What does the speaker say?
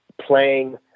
playing